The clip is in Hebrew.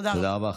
תודה רבה.